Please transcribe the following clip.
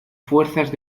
fuerzas